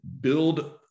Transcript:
build